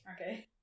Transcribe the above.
Okay